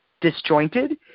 disjointed